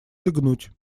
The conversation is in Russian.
лягнуть